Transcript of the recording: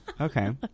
Okay